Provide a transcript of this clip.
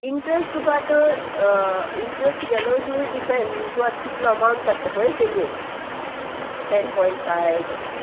interest तुका आतां interest तुगेलो तुजो डिपेंड तूं आतां कितलो अमावंट काडटा पळय तेजेर टॅन पॉयंट फाय तशें